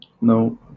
no